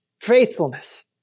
faithfulness